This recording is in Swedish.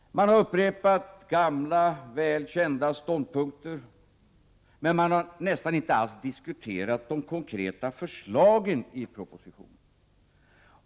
Ni har upprepat gamla, väl kända ståndpunkter, men ni har nästan inte alls diskuterat de konkreta förslagen i propositionen.